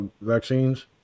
vaccines